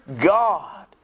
God